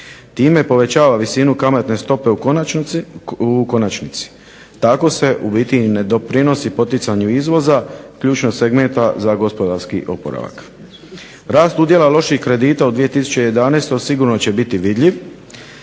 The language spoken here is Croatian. Time povećava visinu kamatne stope u konačnici. Tako se na primjer ne pridonosi poticanju izvoza ključnog segmenta za gospodarski oporavak. Rast udjela loših kredita u 2011. sigurno će biti vidljiv